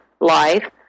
life